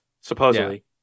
supposedly